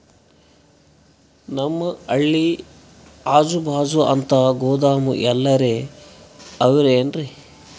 ನಮ್ ಹಳ್ಳಿ ಅಜುಬಾಜು ಅಂತ ಗೋದಾಮ ಎಲ್ಲರೆ ಅವೇನ್ರಿ?